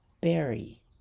berry